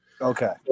Okay